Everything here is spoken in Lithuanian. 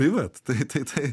tai vat tai tai tai